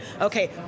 okay